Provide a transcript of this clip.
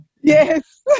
Yes